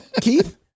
Keith